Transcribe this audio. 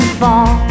fall